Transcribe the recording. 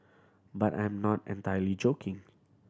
but I'm not entirely joking